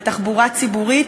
בתחבורה ציבורית,